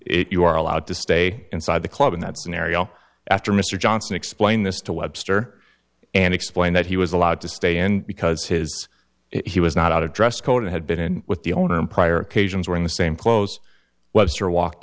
it you are allowed to stay inside the club in that scenario after mr johnson explained this to webster and explained that he was allowed to stay in because his he was not a dress code and had been with the owner in prior occasions wearing the same clothes webster walked